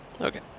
Okay